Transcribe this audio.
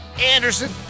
Anderson